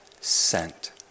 sent